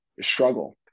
struggle